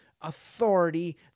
authority